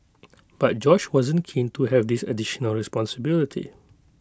but Josh wasn't keen to have this additional responsibility